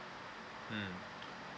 mm